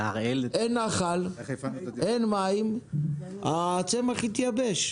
אין נחל, אין מים, הצמח התבייש.